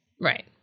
Right